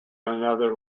another